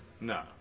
No